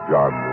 John